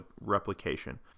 replication